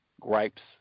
gripes